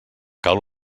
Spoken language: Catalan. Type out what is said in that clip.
cal